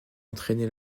entraîné